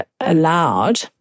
allowed